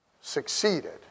succeeded